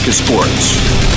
sports